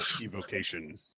evocation